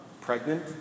Pregnant